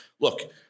look